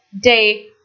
day